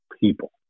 people